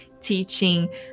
teaching